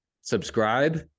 subscribe